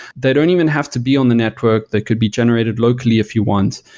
they don't even have to be on the network. they could be generated locally if you want.